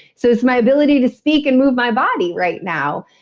so it's my ability to speak and move my body right now.